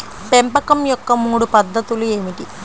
పెంపకం యొక్క మూడు పద్ధతులు ఏమిటీ?